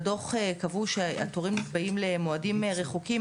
בדו"ח קבעו שהתורים נקבעים למועדים רחוקים,